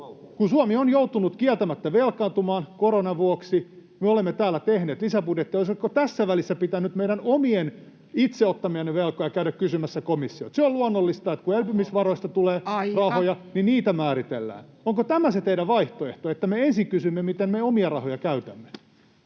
Kun Suomi on joutunut kieltämättä velkaantumaan koronan vuoksi, me olemme täällä tehneet lisäbudjetteja, olisiko tässä välissä pitänyt meidän itse ottamistamme veloista käydä kysymässä komissiolta? Se on luonnollista, että kun elpymisvaroista tulee rahoja, [Puhemies: Aika!] niin niitä määritellään. Onko tämä se teidän vaihtoehtonne, että me ensin kysymme, miten me omia rahoja käytämme?